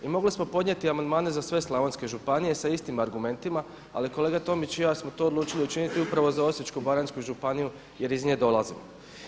I mogli smo podnijeti amandmane za sve slavonske županije sa istim argumentima ali kolega Tomić i ja smo to odlučili učiniti upravo za Osječko-baranjsku županiju jer iz nje dolazimo.